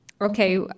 Okay